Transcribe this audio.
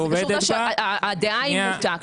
זה קשור שהדעה היא מוטה.